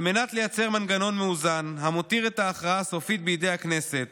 על מנת לייצר מנגנון מאוזן המותיר את ההכרעה הסופית בידי הכנסת,